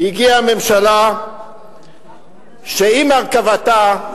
הגיעה ממשלה שעם הרכבתה,